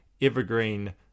evergreen